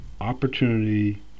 opportunity